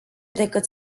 decât